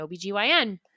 OBGYN